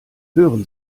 hören